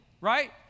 right